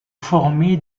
formé